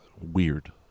weird